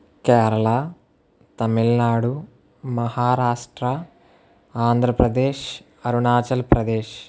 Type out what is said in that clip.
Kerala Tamil Nadu Maharashtra Andhra Pradesh Arunachal Pradesh